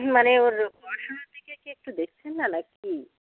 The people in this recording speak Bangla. মানে ওর পড়াশুনোর দিকে কি একটু দেখছেন না নাকি